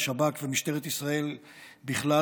שב"כ ומשטרת ישראל בכלל,